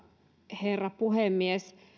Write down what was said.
herra puhemies